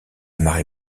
marée